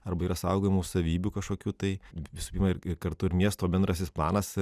arba yra saugomų savybių kažkokių tai visų pirma irgi kartu ir miesto bendrasis planas